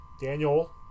Daniel